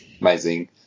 Amazing